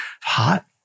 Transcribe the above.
hot